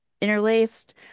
interlaced